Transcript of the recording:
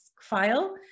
file